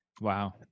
Wow